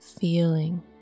feeling